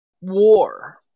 War